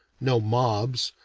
no mobs.